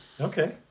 Okay